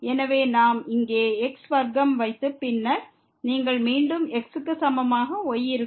எனவே இங்கே x வர்க்கம் வைத்தால் பின்னர் மீண்டும் x க்கு சமமாக y இருக்கும்